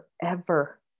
forever